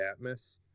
Atmos